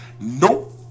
Nope